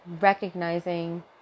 recognizing